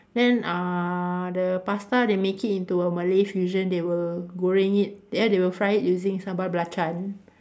then uh the pasta they make it into a Malay fusion they will goreng it then they will fry it using sambal belacan